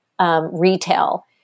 retail